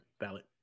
valid